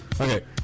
Okay